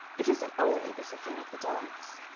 it isn't only this affair of the dance.